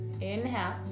Inhale